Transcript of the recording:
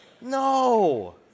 No